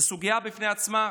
זו סוגיה בפני עצמה,